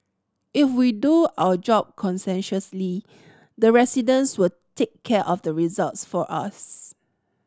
if we do our job conscientiously the residents will take care of the results for us